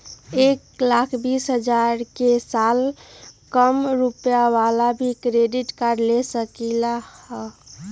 एक लाख बीस हजार के साल कम रुपयावाला भी क्रेडिट कार्ड ले सकली ह?